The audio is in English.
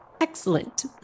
Excellent